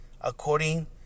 according